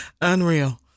Unreal